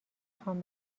خوام